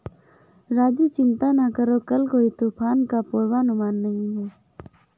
राजू चिंता ना करो कल कोई तूफान का पूर्वानुमान नहीं है